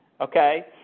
Okay